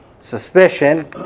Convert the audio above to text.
suspicion